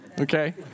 okay